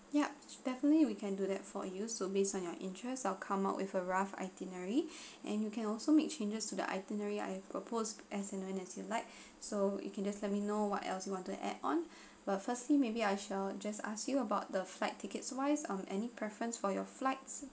yup definitely we can do that for you so based on your interests I'll come up with a rough itinerary and you can also make changes to the itinerary I proposed as long as you like so you can just let me know what else you want to add on but firstly maybe I shall just ask you about the flight tickets wise on any preference for your flights